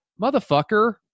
motherfucker